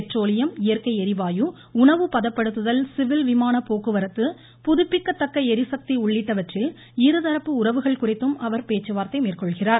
petroleum இயற்கை ளிவாயு உணவு பதப்படுத்துதல் சிவில் விமானப் போக்குவரத்து புதுப்பிக்கத்தக்க ளிசக்தி உள்ளிட்டவற்றில் இருதரப்பு உறவுகள் குறித்தும் அவர் பேச்சுவார்த்தை மேற்கொள்கிறார்